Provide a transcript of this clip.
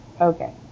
Okay